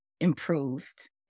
improved